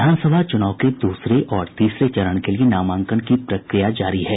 विधानसभा चूनाव के दूसरे और तीसरे चरण के लिये नामांकन की प्रक्रिया जारी है